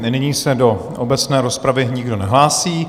Nyní se do obecné rozpravy nikdo nehlásí.